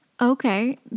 Okay